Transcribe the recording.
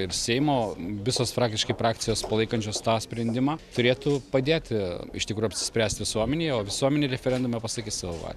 ir seimo visos praktiškai frakcijos palaikančios tą sprendimą turėtų padėti iš tikro apsispręsti visuomenėje o visuomenė referendume pasakys savo valią